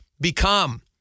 become